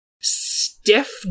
stiff